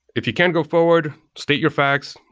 if you can't go forward, state your facts.